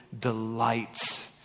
delights